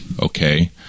okay